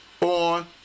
on